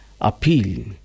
appeal